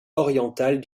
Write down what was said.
orientale